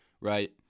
right